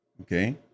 Okay